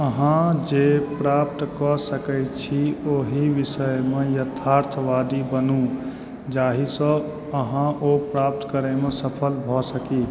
अहाँ जे प्राप्त कऽ सकैत छी ओहि विषयमे यथार्थवादी बनू जाहिसँ अहाँ ओ प्राप्त करयमे सफल भऽ सकी